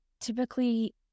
typically